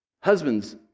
Husbands